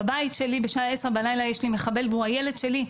בבית שלי בשעה עשר בלילה יש לי מחבל והוא הילד שלי,